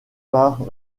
par